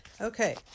okay